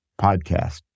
podcast